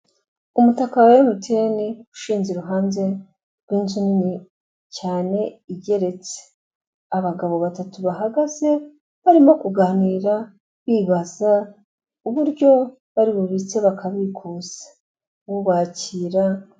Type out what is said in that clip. Umutaka MTN ushinze iruhande rw'inzu nini cyane igeretse, abagabo batatu bahagaze barimo kuganira, bibaza uburyo bari bubitse bakabikuza ubakira.